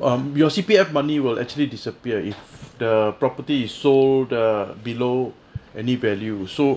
ah um your C_P_F money will actually disappear if the property is sold uh below any value so